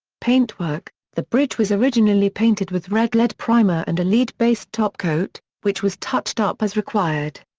paintwork the bridge was originally painted with red lead primer and a lead-based topcoat, which was touched up as required.